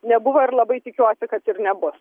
nebuvo ir labai tikiuosi kad ir nebus